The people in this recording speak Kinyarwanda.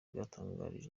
bwatangarije